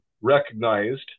recognized